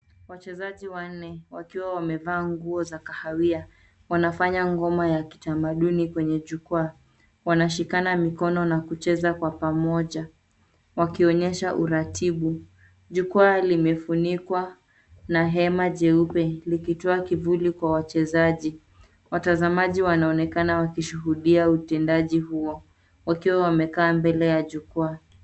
Wachezaji wanne wakiwa wamevaa nguo za kahawia wanafanya ngoma ya kitamaduni kwenye jukwaa, wanashikana mikono na kucheza kwa pamoja wakionyesha uratibu. Jukwaa limefunikwa na hema jeupe likitoa kivuli kwa wachezaji. Watazamaji wanaonekana wakishuhudia utendaji huo wakiwa wamekaa mbele ya jukwa.